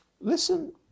Listen